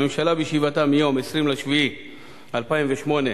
הממשלה, בישיבתה ביום 20 ביולי 2008,